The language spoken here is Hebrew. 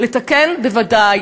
לתקן, בוודאי.